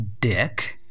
Dick